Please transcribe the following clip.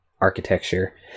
architecture